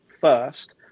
first